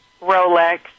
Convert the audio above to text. Rolex